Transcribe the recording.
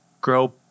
grow